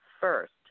first